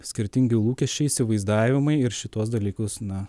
skirtingi lūkesčiai įsivaizdavimai ir šituos dalykus na